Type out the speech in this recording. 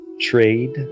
trade